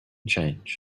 change